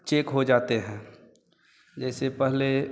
check हो जाते हैं जैसे पहले